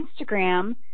Instagram